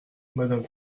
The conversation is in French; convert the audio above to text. madame